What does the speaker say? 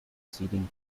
seeding